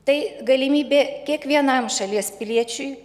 tai galimybė kiekvienam šalies piliečiui